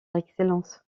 excellence